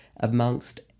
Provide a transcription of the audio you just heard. amongst